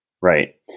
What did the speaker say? Right